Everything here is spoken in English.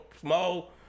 small